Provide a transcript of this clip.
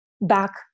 back